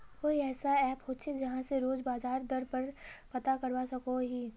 कोई ऐसा ऐप होचे जहा से रोज बाजार दर पता करवा सकोहो ही?